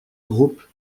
groupes